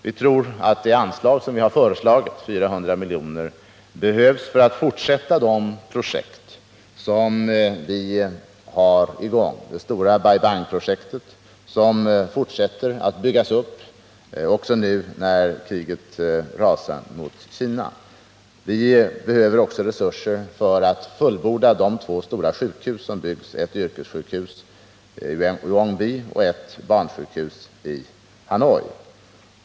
Vi tror att det anslag vi föreslagit, 400 milj.kr., behövs för att fortsätta de projekt vi har i gång, t.ex. det stora Bai Bang-projektet vars uppbyggnad fortsätter också nu när kriget rasar mot Kina. Vi behöver också resurser för att fullborda de två stora sjukhus som byggs, det ena i Uong Bi och det andra, ett barnsjukhus, i Hanoi.